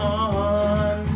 on